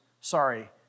Sorry